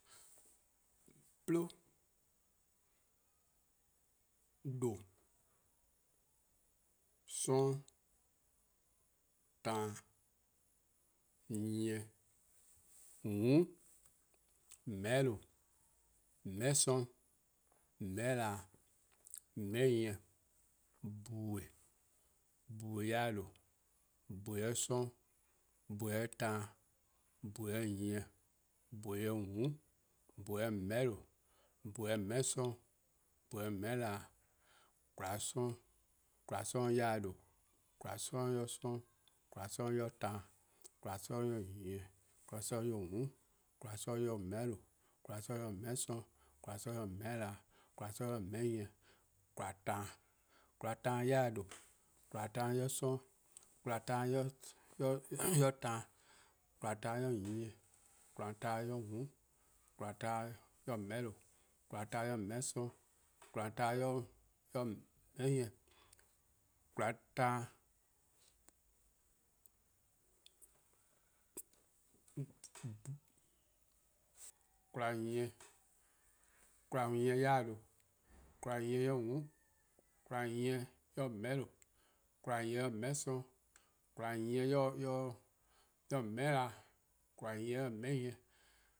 'Plo, :due ' 'sororn', taan, nyieh, :mm', :meheh'lo:, :meheh''sorn, :meheh'na, :meheh' nyieh, :bhue, :bhue' yor-eh :due', :bhue' yor 'sororn', :bhue' yor taan, :bhue' yor nyieh, :bhue' yor :mm', :bhue' yor :meheh'lo:, :bhue' yor :meheh''sorn', :bhue' yor :meheh'na, :bhue' yor :meheh' nyieh, :kwlaa 'sororn', :kwlaa 'sororn-yor-eh :due :kwlaa 'sororn-yor 'sororn, :kwlaa 'sororn-yor taan, :kwlaa 'sororn'-yor nyieh, :kwlaa 'sororn'-:mm', :kwlaa 'sororn'-yor :mehehlo:, :kwlaa 'sororn'-yor meheh' 'sorn, :kwlaa 'sororn'-yor meheh'na, :kwlaa 'sororn'-yor :meheh' nyieh, :kwlaa taan, :kwlaa taan-yor-eh :due', :kwlaa taan-yor 'sororn', :kwlaa taan-yor taan, :kwlaa taan-yor nyieh, :kwlaa taan-yor :mm', :kwlaa taan-yor :meheh'lo:, :kwlaa taan-yor :meheh' 'sorn, :kwlaa taan-yor :meheh' nyieh, :kwlaa nyieh, :kwlaa nyieh-yor-eh :due', :kwlaa nyieh-yor :mm', :kwlaa nyieh-yor :meheh'lo:, :kwlaa nyieh-yor :meheh' 'sorn, :kwlaa nyieh-yor :meheh'na, :kwlaa nyieh-yor :meheh' nyieh. '